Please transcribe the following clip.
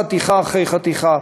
חתיכה אחרי חתיכה.